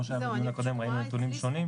כמו שהיה בדיון הקודם ראינו נתונים שונים.